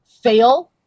fail